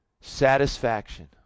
Satisfaction